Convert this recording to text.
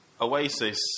Oasis